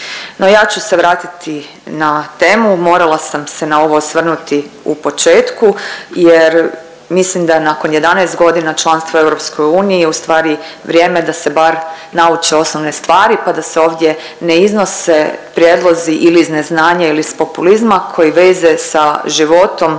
ja ću se vratiti na temu morala sam se na ovo osvrnuti u početku jer mislim da nakon 11 godina članstva u EU je ustvari vrijeme da se bar nauče osnovne stvari pa da se ovdje ne iznose prijedlozi ili iz neznanja ili iz populizma koji veza se životom